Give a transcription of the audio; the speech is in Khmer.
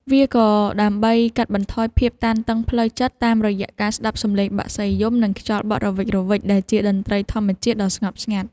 វាក៏ដើម្បីកាត់បន្ថយភាពតានតឹងផ្លូវចិត្តតាមរយៈការស្ដាប់សំឡេងបក្សីយំ និងខ្យល់បក់រវិចៗដែលជាតន្ត្រីធម្មជាតិដ៏ស្ងប់ស្ងាត់។